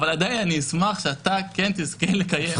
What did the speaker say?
אבל עדיין אני אשמח שאתה כן תשמח לקיים אותו.